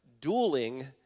dueling